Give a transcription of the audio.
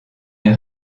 est